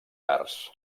arts